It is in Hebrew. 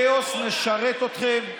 הכאוס משרת אתכם,